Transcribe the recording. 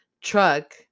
truck